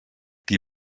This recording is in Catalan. qui